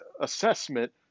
assessment